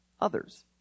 others